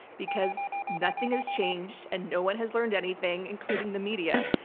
because nothing has changed and no one has learned anything, including the media.